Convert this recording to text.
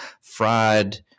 fried